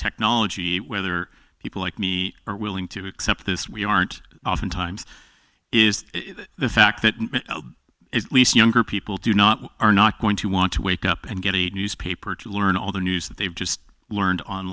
technology whether people like me are willing to accept this we aren't oftentimes is the fact that younger people do not are not going to want to wake up and get a newspaper to learn all the news that they've just learned on